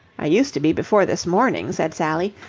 i used to be before this morning, said sally.